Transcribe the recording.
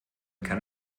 kann